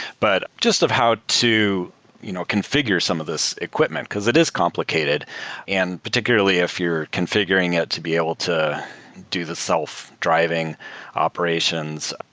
but just of how to you know configure some of these equipment, because it is complicated and particularly if you're configuring it to be able to do the self-driving operations,